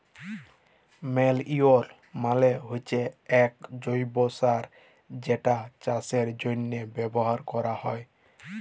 ম্যালইউর মালে হচ্যে এক জৈব্য সার যেটা চাষের জন্হে ব্যবহার ক্যরা হ্যয়